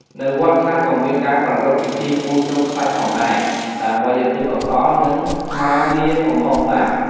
នៅវត្តខ្លះ ក៏មានការប្រារព្ធពិធីពូនភ្នំខ្សាច់ផងដែរ ដើម្បីឧទ្ទិសកុសល និងស្មាលាកំហុសបាប។